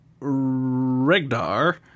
Regdar